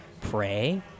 Pray